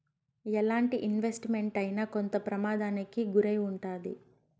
ఎలాంటి investment అయినా కొంత ప్రమాదానికి గురై ఉంటాది